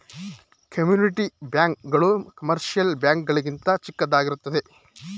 community bank ಗಳು commercial bank ಗಳಿಗಿಂತ ಚಿಕ್ಕದಾಗಿರುತ್ತವೆ